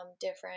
different